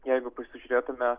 jeigu pasižiūrėtume